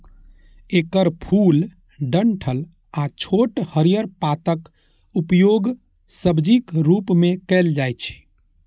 एकर फूल, डंठल आ छोट हरियर पातक उपयोग सब्जीक रूप मे कैल जाइ छै